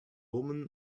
women